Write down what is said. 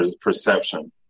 perception